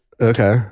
okay